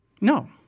No